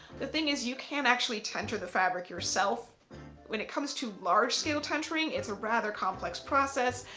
the thing is you can't actually tenter the fabric yourself when it comes to large scale tentering it's a rather complex process.